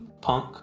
punk